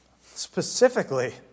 specifically